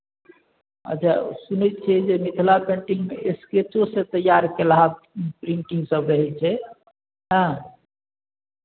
अच्छा सुनै छियै जे मिथिला पेंटिंग स्केचोसँ तैयार केलहा प्रिन्टिंगसभ रहै छै हँ